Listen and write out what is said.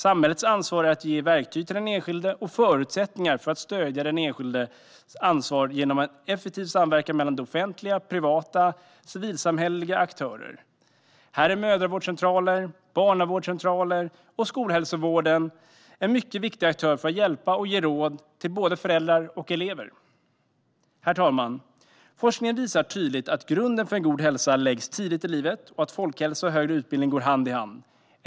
Samhällets ansvar är att ge verktyg till den enskilde och förutsättningar för att stödja den enskildes ansvarstagande genom en effektiv samverkan mellan offentliga, privata och civilsamhälleliga aktörer. Här är mödravårdscentraler, barnavårdscentraler och skolhälsovården mycket viktiga aktörer för att hjälpa och ge råd till både föräldrar och elever. Herr talman! Forskningen visar tydligt att grunden för en god hälsa läggs tidigt i livet och att folkhälsa och högre utbildning går hand i hand.